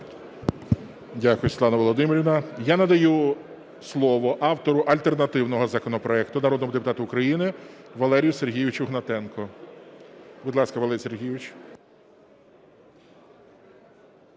Дякую Світлана Володимирівна. Я надаю слово автору альтернативного законопроекту народному депутату України Валерію Сергійовичу Гнатенку. Будь ласка, Валерій Сергійович.